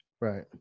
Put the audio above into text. Right